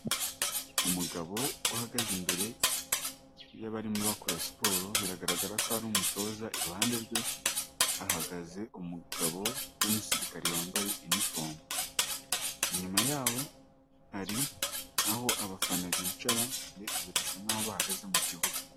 Umugabo uhagaze imbere y'abarimo bakora siporo, bigaragara ko ari umutoza iruhande rwe ahagaze umugabo w'umusirikari wambaye inifomu. Inyuma yabo hari aho abafana bicara ndetse birasa nk'aho bahagaze mu kibuga.